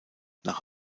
nach